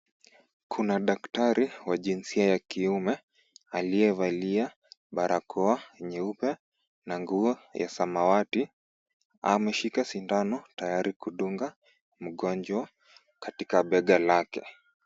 Kuna daktari wa jinsia ya kiume, aliyevalia barakoa nyeupe na nguo ya samawati . Ameshika sindano tayari kudunga mgonjwa katika bega lake.